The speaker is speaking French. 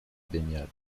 baignade